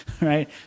Right